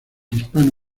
hispano